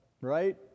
right